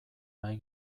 nahi